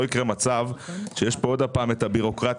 יקרה מצב ששוב אנחנו נתקלים כאן בבירוקרטיה,